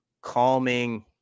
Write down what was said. calming –